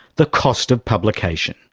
the cost of publication.